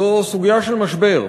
זו סוגיה של משבר.